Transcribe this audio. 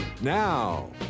Now